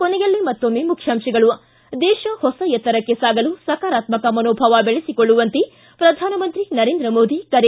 ಕೊನೆಯಲ್ಲಿ ಮತ್ತೊಮ್ಮೆ ಮುಖ್ಯಾಂಶಗಳು ್ತು ದೇಶ ಹೊಸ ಎತ್ತರಕ್ಕೆ ಸಾಗಲು ಸಕಾರಾತ್ವಕ ಮನೋಭಾವ ಬೆಳೆಸಿಕೊಳ್ಳುವಂತೆ ಪ್ರಧಾನಮಂತ್ರಿ ನರೇಂದ್ರ ಮೋದಿ ಕರೆ